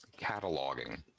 Cataloging